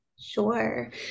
Sure